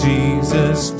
Jesus